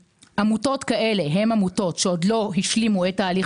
עמותות כאלה הן עמותות שעוד לא השלימו את תהליך